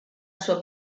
suo